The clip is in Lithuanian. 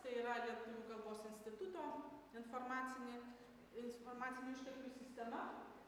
tai yra lietuvių kalbos instituto informacinė informacinių išteklių sistema